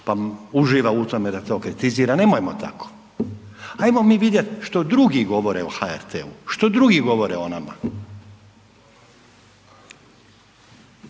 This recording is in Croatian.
pa uživa u tome da to kritizira, nemojmo tako. Ajmo mi vidjeti što drugi govore o HRT-u, što drugi govore o nama.